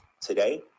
Today